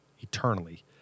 eternally